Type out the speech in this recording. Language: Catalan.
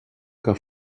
que